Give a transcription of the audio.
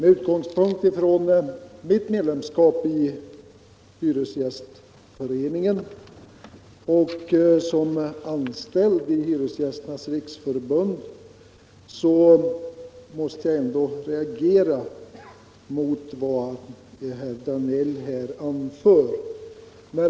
Då jag är medlem i hyresgästföreningen och dessutom är anställd i Hyresgästernas riksförbund måste jag reagera mot vad herr Danell här anför.